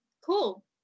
cool